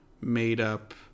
made-up